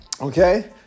Okay